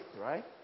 right